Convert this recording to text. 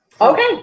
Okay